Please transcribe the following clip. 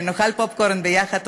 נאכל פופקורן ביחד.